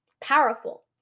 Powerful